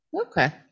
Okay